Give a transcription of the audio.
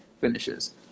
finishes